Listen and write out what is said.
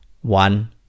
One